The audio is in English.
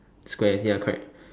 squares ya correct